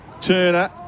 Turner